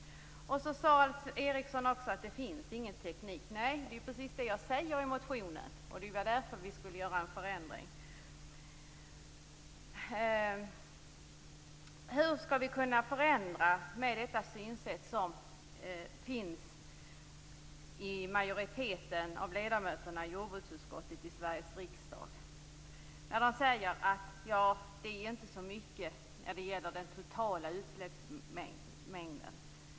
Alf Eriksson sade också att det inte finns någon teknik. Nej, och det är precis det som jag säger i motionen, och det var därför det behövde göras en förändring. Hur skall vi kunna förändra med tanke på det synsätt som majoriteten av ledamöterna i jordbruksutskottet i Sveriges riksdag har? De säger att utsläppen inte är så stora i förhållande till den totala utsläppsmängden.